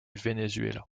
venezuela